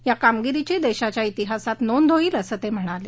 या कामगिरीची देशाच्या तिहासात नोंद होईल असं ते म्हणाले